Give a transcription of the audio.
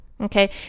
okay